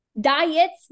Diets